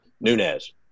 Nunez